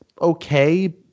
okay